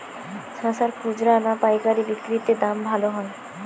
শশার খুচরা না পায়কারী বিক্রি তে দাম ভালো হয়?